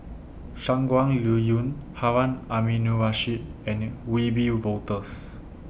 Shangguan Liuyun Harun Aminurrashid and Wiebe Wolters